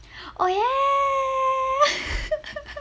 oh ya